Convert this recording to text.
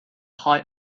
height